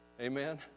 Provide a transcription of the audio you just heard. Amen